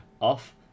off